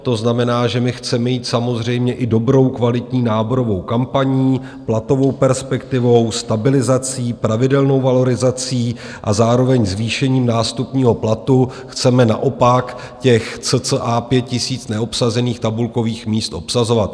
To znamená, že chceme jít samozřejmě i dobrou, kvalitní náborovou kampaní, platovou perspektivou, stabilizací, pravidelnou valorizací a zároveň zvýšením nástupního platu chceme naopak těch cca 5 000 neobsazených tabulkových míst obsazovat.